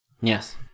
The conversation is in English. yes